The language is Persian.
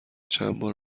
چندبار